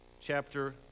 chapter